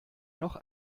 noch